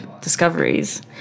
discoveries